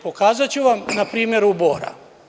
Pokazaću vam na primeru Bora.